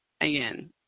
Again